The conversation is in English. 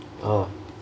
oh